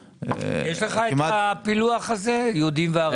יש לך את הפילוח של יהודים וערבים?